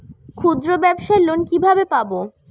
ক্ষুদ্রব্যাবসার লোন কিভাবে পাব?